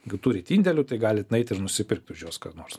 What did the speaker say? gi turit indėlių tai galit nueit ir nusipirkt už juos ką nors